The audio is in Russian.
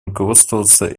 руководствоваться